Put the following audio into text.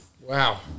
Wow